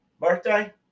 Birthday